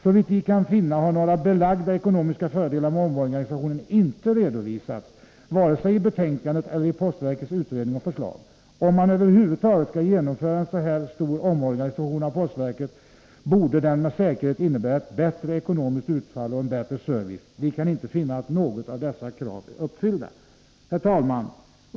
Såvitt vi kan finna har några belagda ekonomiska fördelar med omorganisationen inte redovisats, varken i betänkandet eller i postverkets utredning och förslag. Om man över huvud taget skall genomföra en så här stor omorganisation av postverket, borde den med säkerhet innebära ett bättre ekonomiskt utfall och en bättre service. Vi kan inte finna att något av dessa krav är uppfyllt. Herr talman!